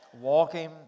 walking